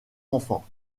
enfants